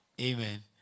Amen